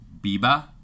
Biba